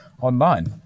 online